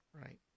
Right